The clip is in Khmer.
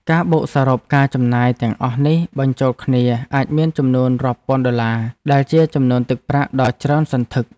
ការបូកសរុបការចំណាយទាំងអស់នេះបញ្ចូលគ្នាអាចមានចំនួនរាប់ពាន់ដុល្លារដែលជាចំនួនទឹកប្រាក់ដ៏ច្រើនសន្ធឹក។